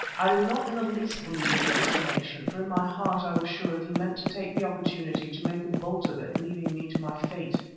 i did not in the least believe his explanation, for in my heart i was sure that he meant to take the opportunity to make a bolt of it, leaving me to my fate.